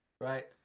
Right